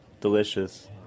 Delicious